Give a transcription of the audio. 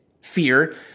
fear